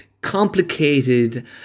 complicated